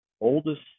oldest